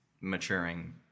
maturing